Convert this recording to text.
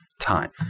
time